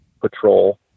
patrol